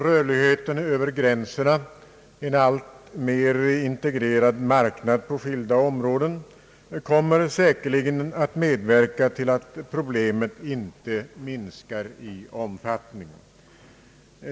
Rörligheten över gränserna, en alltmer integrerad marknad på skilda områden kommer säkerligen att medverka till att problemet inte minskar i omfattning.